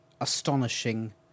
astonishing